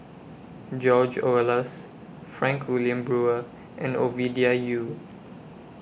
George Oehlers Frank Wilmin Brewer and Ovidia Yu